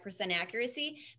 accuracy